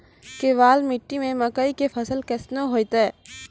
केवाल मिट्टी मे मकई के फ़सल कैसनौ होईतै?